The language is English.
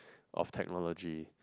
of technology